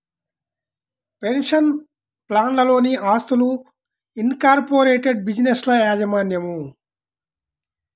pension ప్లాన్లలోని ఆస్తులు, incorporated బిజినెస్ల యాజమాన్యం